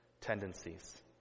tendencies